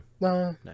No